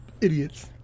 idiots